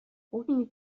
bugün